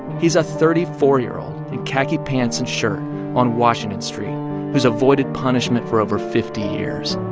he's a thirty four year old in khaki pants and shirt on washington street who's avoided punishment for over fifty years